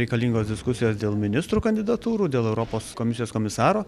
reikalingos diskusijos dėl ministrų kandidatūrų dėl europos komisijos komisaro